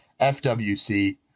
fwc